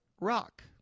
rock